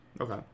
Okay